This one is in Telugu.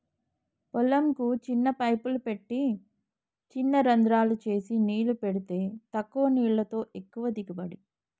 పొలం కు చిన్న పైపులు పెట్టి చిన రంద్రాలు చేసి నీళ్లు పెడితే తక్కువ నీళ్లతో ఎక్కువ దిగుబడి